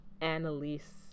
Annalise